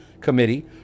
Committee